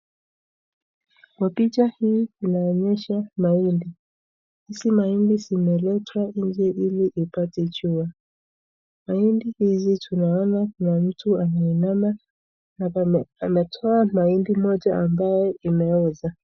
Kwa picha hii inaonyesha mahindi , hizi mahindi zimeletwa njee hili ipate jua, mahindi hizi tunaona mtu anainama ametoa mahindi moja ambaye imeoza.